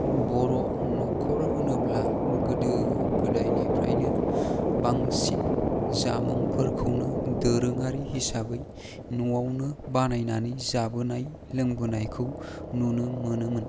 बर' न'खर होनोब्ला गोदो गोदायनिफ्रायनो बांसिन जामुंफोरखौनो दोरोङारि हिसाबै न'आवनो बानायनानै जाबोनाय लोंबोनायखौ नुनो मोनोमोन